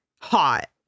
hot